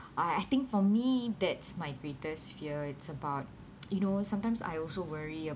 I I think for me that's my greatest fear it's about you know sometimes I also worry